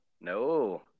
No